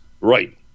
Right